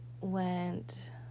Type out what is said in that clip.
went